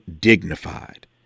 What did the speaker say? dignified